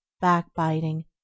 backbiting